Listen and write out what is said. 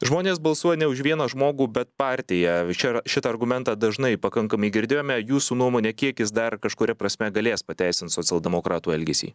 žmonės balsuoja ne už vieną žmogų bet partiją šią šitą argumentą dažnai pakankamai girdėjome jūsų nuomone kiek jis dar kažkuria prasme galės pateisint socialdemokratų elgesį